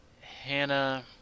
Hannah